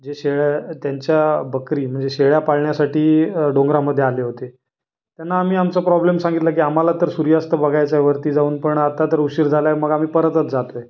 जे शेळ्या त्यांच्या बकरी म्हणजे शेळ्या पाळण्यासाठी अ डोंगरामध्ये आले होते त्यांना मी आमचा प्रॉब्लेम सांगितला की आम्हाला तर सूर्यास्त बघायचा आहे वरती जाऊन पण आत्ता तर उशीर झाला आहे मग आम्ही परतच जातो आहे